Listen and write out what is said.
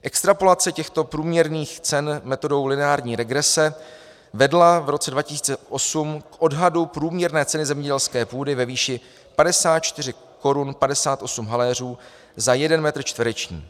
Extrapolace těchto průměrných cen metodou lineární regrese vedla v roce 2008 k odhadu průměrné ceny zemědělské půdy ve výši 54,58 Kč za jeden metr čtvereční.